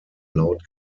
laut